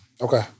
Okay